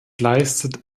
leistet